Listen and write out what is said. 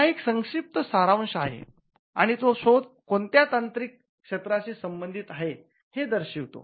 हा एक संक्षिप्त सारांश आहे आणि तो शोध कोणत्या तांत्रिक क्षेत्राशी संबंधित आहे हे दर्शवितो